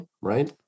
right